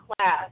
class